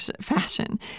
fashion